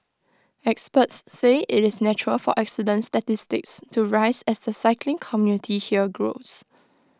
experts say IT is natural for accidents statistics to rise as the cycling community here grows